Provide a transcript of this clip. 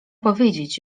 powiedzieć